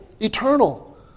eternal